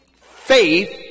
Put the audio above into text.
faith